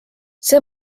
see